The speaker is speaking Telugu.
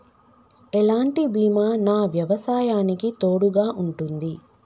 ఎలాంటి బీమా నా వ్యవసాయానికి తోడుగా ఉంటుంది?